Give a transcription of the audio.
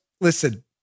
Listen